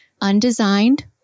undesigned